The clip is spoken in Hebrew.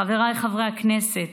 חבריי חברי הכנסת,